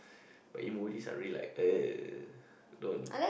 but emoji is real like don't